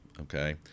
Okay